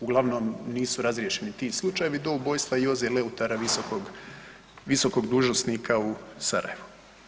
Uglavnom nisu razriješeni ti slučajevi do ubojstva Joze Leutara visokog, visokog dužnosnika u Sarajevu.